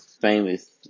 famous